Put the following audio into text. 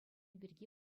пирки